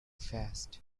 fast